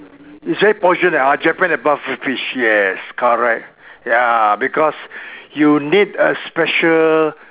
is it poison ah Japan that puffer fish yes correct ya because you need a special